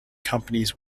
companies